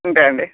ఉంటే అండి